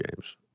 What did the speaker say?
James